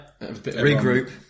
regroup